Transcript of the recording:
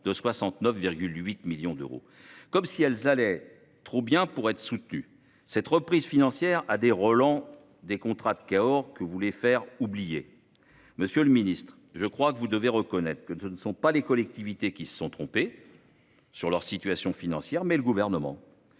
de 69,8 millions d’euros. Comme si elles allaient trop bien pour être soutenues ! Cette reprise financière a des relents de contrats de Cahors, que vous voulez pourtant faire oublier… Pas du tout ! Monsieur le ministre, vous devez le reconnaître, ce ne sont pas les collectivités qui se sont trompées sur leur situation financière, c’est le Gouvernement.